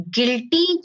Guilty